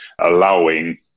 allowing